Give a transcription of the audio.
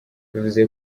bivuze